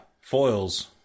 foils